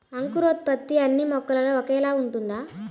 అంకురోత్పత్తి అన్నీ మొక్కలో ఒకేలా ఉంటుందా?